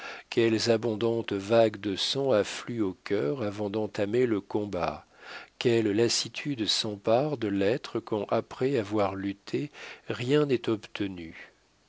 quelles abondantes vagues de sang affluent au cœur avant d'entamer le combat quelle lassitude s'empare de l'être quand après avoir lutté rien n'est obtenu